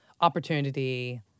opportunity